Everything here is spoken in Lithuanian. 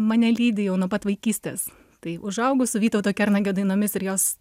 mane lydi jau nuo pat vaikystės tai užaugau su vytauto kernagio dainomis ir jos